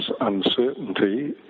uncertainty